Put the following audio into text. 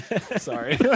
Sorry